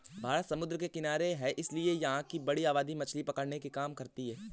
भारत समुद्र के किनारे है इसीलिए यहां की बड़ी आबादी मछली पकड़ने के काम करती है